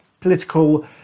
political